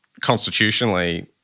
constitutionally